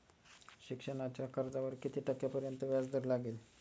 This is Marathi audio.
शिक्षणाच्या कर्जावर किती टक्क्यांपर्यंत व्याजदर लागेल?